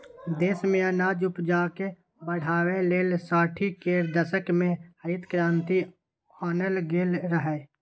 देश मे अनाज उपजाकेँ बढ़ाबै लेल साठि केर दशक मे हरित क्रांति आनल गेल रहय